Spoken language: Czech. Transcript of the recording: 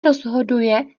rozhoduje